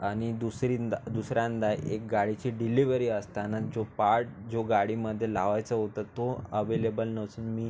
आणि दुसरींदा दुसऱ्यांदा एक गाडीची डिलिवरी असताना जो पार्ट जो गाडीमध्ये लावायचं होतं तो अवेलेबल नसून मी